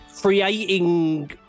creating